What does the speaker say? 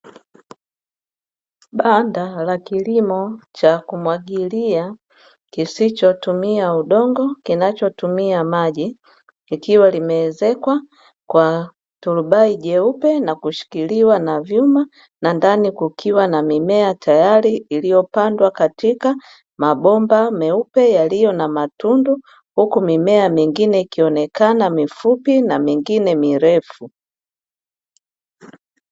Banda la kilimo cha kumwagilia, kisichotumia udongo, kinachotumia maji, ikiwa limeezekwa kwa turubai jeupe na kushikiliwa na vyuma; na ndani kukiwa na mimea tayari iliyopandwa katika mabomba meupe yaliyo na matundu, huku mimea mingine ikionekana mifupi na mengine mirefu.